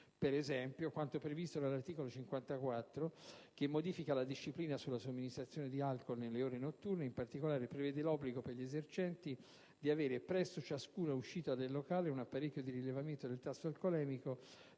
ad esempio, a quanto previsto all'articolo 54, che modifica la disciplina sulla somministrazione di alcool nelle ore notturne e, in particolare, prevede l'obbligo per gli esercenti di avere, presso ciascuna uscita del locale, un apparecchio di rilevamento del tasso alcolemico,